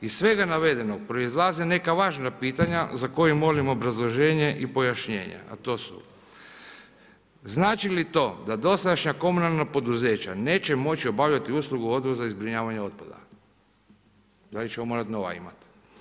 Iz svega navedenoga proizlaze neka važna pitanja za koja molim objašnjenje i pojašnjenje, a to su znači li to da dosadašnja komunalna poduzeća neće moći obavljati uslugu odvoza i zbrinjavanja otpada, da li ćemo morat nova imat?